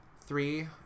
Three